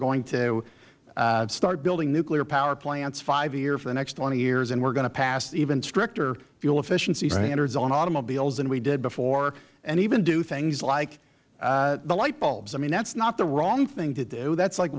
going to start building nuclear power plants five years for the next twenty years and we are going to pass even stricter fuel efficiency standards on automobiles than we did before and even do things like the light bulbs i mean that is not the wrong thing to do that is like